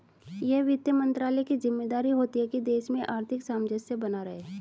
यह वित्त मंत्रालय की ज़िम्मेदारी होती है की देश में आर्थिक सामंजस्य बना रहे